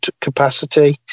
capacity